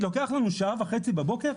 צריך לקחת לנו שעה וחצי בבוקר?